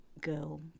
girl